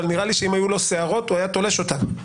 אבל נראה שאם היו לו שערות הוא היה תולש אותם.